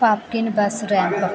ਪਾਪਕੀਨ ਬਸ ਰੈਂਪ